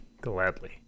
gladly